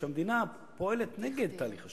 שהמדינה פועלת נגד תהליך השלום,